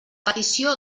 petició